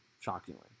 shockingly